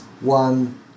one